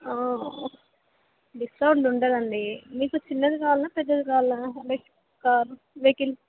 discount ఉంటుంది అండి మీకు చిన్నది కావాల పెద్దది కావాల లైక్ కారు వెహికల్